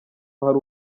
hari